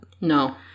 No